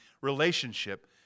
relationship